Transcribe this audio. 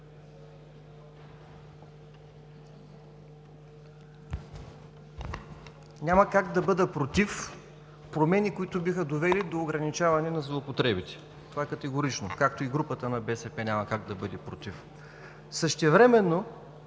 Няма как да бъда против промени, които биха довели до ограничаване на злоупотребите. Това категорично, както и групата на БСП, няма как да бъде против. Същевременно